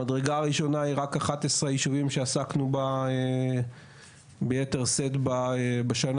המדרגה היא שרק 11 ישובים שעסקנו ביתר שאת בשנה